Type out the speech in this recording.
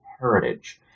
heritage